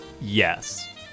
Yes